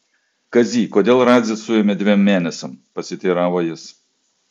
kazy kodėl radzį suėmė dviem mėnesiams pasiteiravo jis